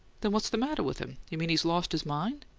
then what's the matter with him? you mean he's lost his mind?